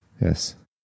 Yes